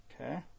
Okay